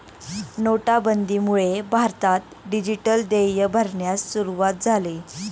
नोटाबंदीमुळे भारतात डिजिटल देय भरण्यास सुरूवात झाली